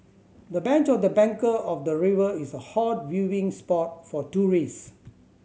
the bench of the bank of the river is a hot viewing spot for tourist